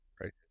Right